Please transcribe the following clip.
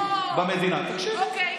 אוקיי.